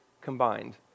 combined